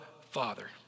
Father